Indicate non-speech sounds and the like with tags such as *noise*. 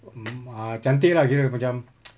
mm *noise* ah cantik lah dia macam *noise*